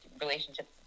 relationships